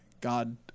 God